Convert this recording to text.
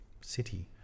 city